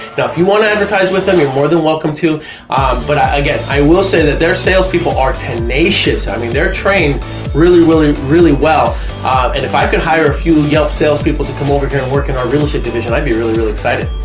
now if you want to advertise with them you're more than welcome to but i guess i will say that their salespeople are tenacious i mean they're trained really really really well and if i could hire a few yelp sales people to come over here and work in our real estate division i'd be really really excited.